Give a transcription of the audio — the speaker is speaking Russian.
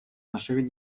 наших